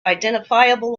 identifiable